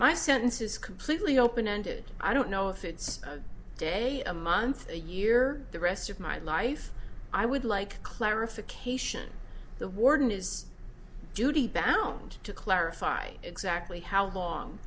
my sentence is completely open ended i don't know if it's a day a month a year the rest of my life i would like clarification the warden is duty bound to clarify exactly how long